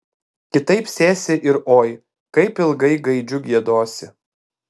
kitaip sėsi ir oi kaip ilgai gaidžiu giedosi